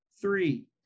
three